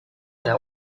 their